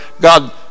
God